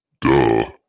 Duh